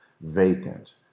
vacant